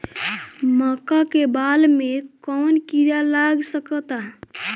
मका के बाल में कवन किड़ा लाग सकता?